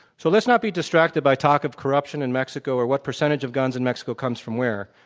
so let's not be distracted by talk of corruption in mexico or what percentage of guns in mexico comes from where.